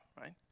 right